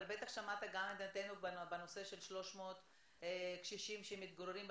אבל בטח שמעת גם את עמדתנו בנושא של 300 קשישים שמתגוררים במקום,